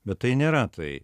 bet tai nėra tai